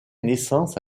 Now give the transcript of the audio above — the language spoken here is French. naissance